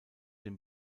den